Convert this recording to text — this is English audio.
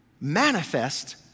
Manifest